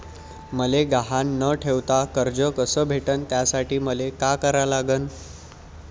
मले गहान न ठेवता कर्ज कस भेटन त्यासाठी मले का करा लागन?